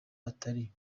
atari